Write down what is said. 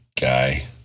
guy